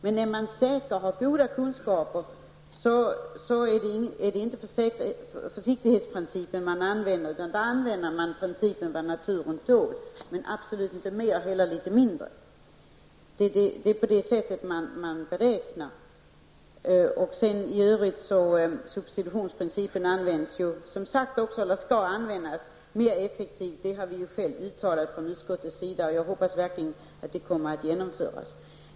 Men när man är säker och har goda kunskaper är det inte försiktighetsprincipen som gäller, utan då går man efter principen om vad naturen tål. Man får absolut inte göra mera än vad naturen tål, hellre litet mindre. Det är på det sättet som vi gör beräkningar. I övrigt skall substitutionsprincipen användas mera effektivt. Det har vi i utskottet också uttalat, och jag hoppas verkligen att det blir så.